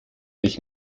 ich